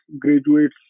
graduates